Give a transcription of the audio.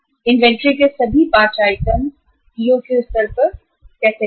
आइए हम सभी के लिए EOQ स्तर EOQ पर काम करें इन्वेंट्री के 5 आइटम इन्वेंट्री के सभी 5 आइटम